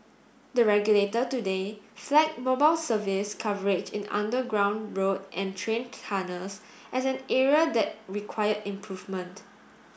the regulator today flagged mobile service coverage in underground road and train tunnels as an area that required improvement